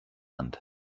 hand